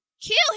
kill